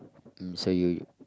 um say you